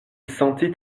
sentit